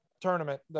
tournament